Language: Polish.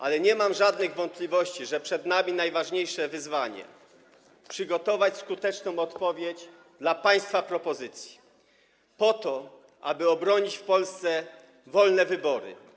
Ale nie mam żadnych wątpliwości, że przed nami najważniejsze wyzwanie, tj. przygotowanie skutecznej odpowiedzi na państwa propozycję po to, aby obronić w Polsce wolne wybory.